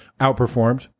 outperformed